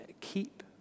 keep